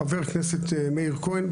חבר הכנסת מאיר כהן,